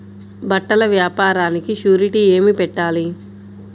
బట్టల వ్యాపారానికి షూరిటీ ఏమి పెట్టాలి?